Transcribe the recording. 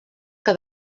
que